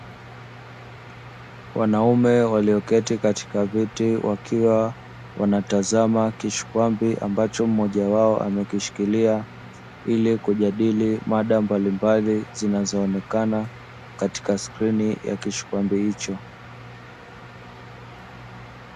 Wanaume walioketi katika viti wakiwa wanatazama kishikwambi ambacho mmoja wao amekishikilia ili kujadili mada mbalimbali zinazoonekana katika skrini ya kishikwambia hicho.